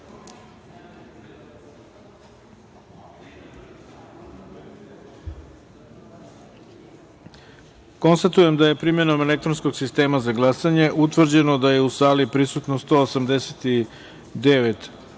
glasanje. Konstatujem da je primenom elektronskog sistema za glasanje utvrđeno da je u sali prisutno 189